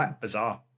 bizarre